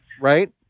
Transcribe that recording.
Right